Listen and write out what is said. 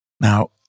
Now